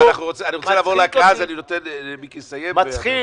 מצחיק